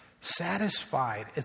Satisfied